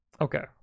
Okay